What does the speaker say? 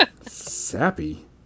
Sappy